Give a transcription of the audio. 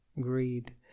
greed